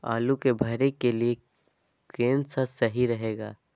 आलू के भरे के लिए केन सा और सही रहेगा?